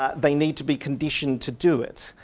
ah they need to be conditioned to do it.